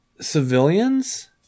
Civilians